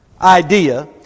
idea